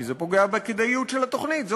כי זה פוגע בכדאיות של התוכנית,